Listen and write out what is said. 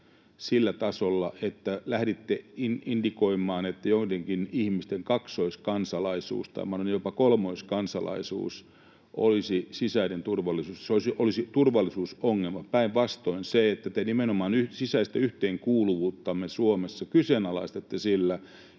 sillä tasolla, että lähditte indikoimaan, että joidenkin ihmisten kaksoiskansalaisuus tai mahdollisesti jopa kolmoiskansalaisuus olisi turvallisuusongelma. Päinvastoin: se, että te nimenomaan sisäistä yhteenkuuluvuuttamme Suomessa kyseenalaistatte sillä,